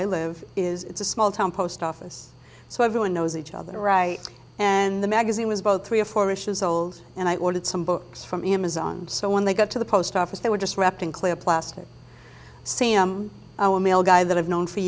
i live is it's a small town post office so everyone knows each other right and the magazine was about three or four issues old and i ordered some books from amazon so when they got to the post office they were just wrapped in clear plastic see i'm guy that i've known for